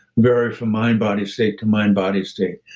vary from mind body state to mind body state?